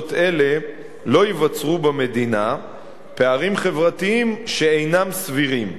מגבלות אלה לא ייווצרו במדינה פערים חברתיים שאינם סבירים.